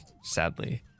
Sadly